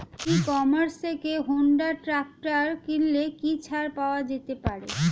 ই commerce থেকে Honda tractor কিনলে কি ছাড় পাওয়া যেতে পারে?